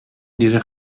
nire